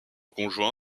conjoint